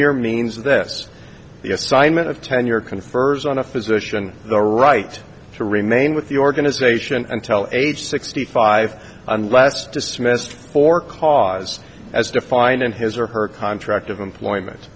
e means this the assignment of tenure confers on a physician the right to remain with the organization until age sixty five unless dismissed for cause as defined in his or her contract of employment